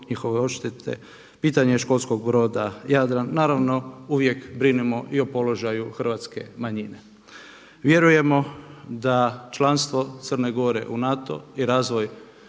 njihove odštete, pitanje školskog broda, Jadran. Naravno uvijek brinemo i o položaju hrvatske manjine. Vjerujemo da članstvo Crne Gore u NATO i razvoj